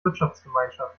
wirtschaftsgemeinschaft